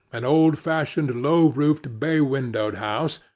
an old-fashioned low-roofed, bay-windowed house,